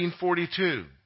1942